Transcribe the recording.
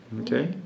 Okay